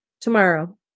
Tomorrow